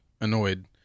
annoyed